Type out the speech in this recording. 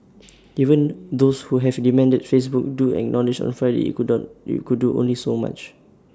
even those who have demanded Facebook do acknowledged on Friday IT could do only so much